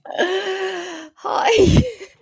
Hi